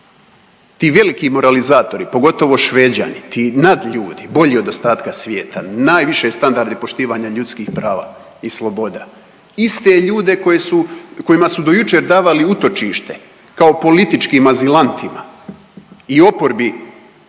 Ti veliki moralizatori pogotovo Šveđani, ti nadljudi, bolji od ostatka svijeta, najviše standarde poštivanja ljudskih prava i sloboda, iste ljude koje su, kojima su do jučer davali utočište kao političkim azilantima i oporbi Erdogan preko noći